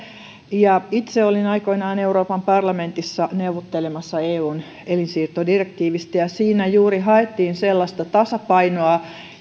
itse olin aikoinaan euroopan parlamentissa neuvottelemassa eun elinsiirtodirektiivistä ja siinä juuri haettiin sellaista tasapainoa